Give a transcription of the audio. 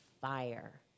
fire